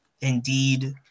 indeed